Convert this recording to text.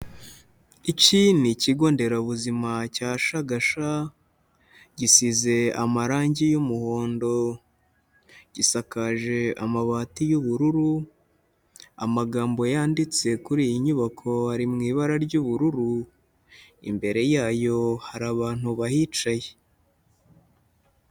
Iki ni ikigo nderabuzima cya Shagasha, gisize amarangi y'umuhondo, gisakaje amabati y'ubururu, amagambo yanditse kuri iyi nyubako ari mu ibara ry'ubururu, imbere yayo hari abantu bahicaye.